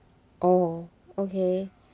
oh okay